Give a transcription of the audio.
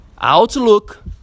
Outlook